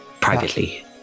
Privately